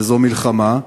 וזו מלחמה,